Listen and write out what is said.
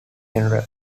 general